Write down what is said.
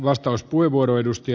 arvoisa puhemies